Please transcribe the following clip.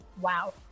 Wow